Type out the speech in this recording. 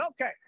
Okay